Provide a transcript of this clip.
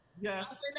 Yes